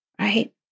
right